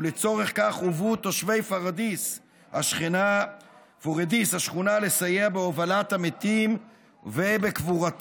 ולצורך כך הובאו תושבי פוריידיס השכנה לסייע בהובלת המתים ובקבורתם.